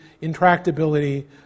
intractability